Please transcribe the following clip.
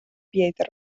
pietre